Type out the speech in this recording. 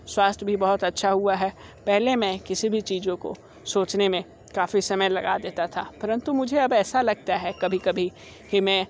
स्वस्थ्य भी बहुत अच्छा हुआ है पहले मैं किसी भी चीज़ों को सोचने में काफ़ी समय लगा देता था परंतु अब मुझे ऐसा लगता है कभी कभी कि मैं